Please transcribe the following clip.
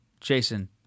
Jason